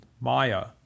Maya